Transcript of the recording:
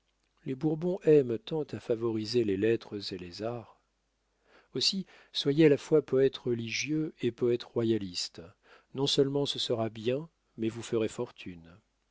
les bourbons aiment tant à favoriser les lettres et les arts aussi soyez à la fois poète religieux et poète royaliste non seulement ce sera bien mais vous ferez fortune